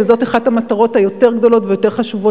וזו אחת המטרות הגדולות יותר והחשובות